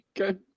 Okay